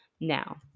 Now